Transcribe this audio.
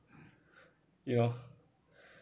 you know